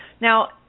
Now